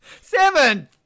Seven